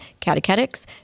catechetics